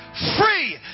free